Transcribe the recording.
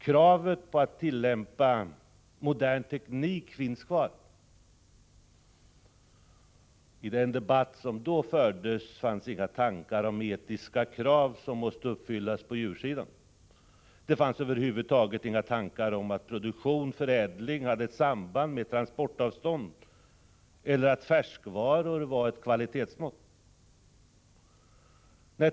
Kravet på att tillämpa modern teknik finns kvar. I den debatt som då fördes fanns inga tankar om etiska krav som måste uppfyllas på djursidan, det fanns över huvud taget inga tankar om att produktion-förädling hade ett samband med transportavstånd eller att färskheten hos varor var ett kvalitetsmått.